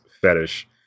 fetish